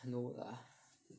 no lah